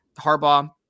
Harbaugh